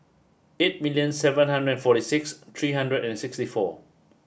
eight million seven hundred forty six three hundred and sixty four